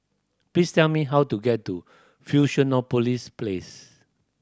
please tell me how to get to Fusionopolis Place